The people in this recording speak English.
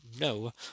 no